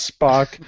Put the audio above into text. Spock